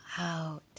out